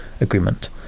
agreement